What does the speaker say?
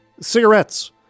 cigarettes